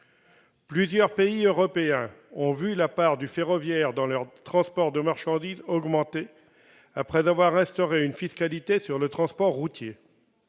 Plusieurs pays européens ont vu la part du ferroviaire dans leurs transports de marchandises augmenter après avoir instauré une fiscalité sur le transport routier